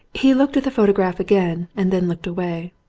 he looked at the photograph again and then looked away.